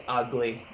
ugly